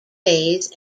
bays